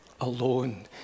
alone